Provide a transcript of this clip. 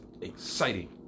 exciting